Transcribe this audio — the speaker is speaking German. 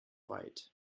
weit